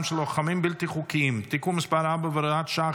של לוחמים בלתי חוקיים (תיקון מס' 4 והוראת שעה,